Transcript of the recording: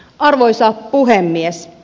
arvoisa puhemies